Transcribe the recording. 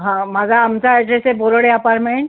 हां माझा आमचा अॅड्रेस आहे बोरोळे अपारमेण